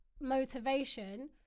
motivation